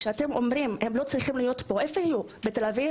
כשהם אומרים: ״הם לא צריכים להיות פה.״ למה הם מתכוונים?